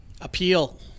Appeal